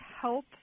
help